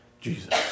Jesus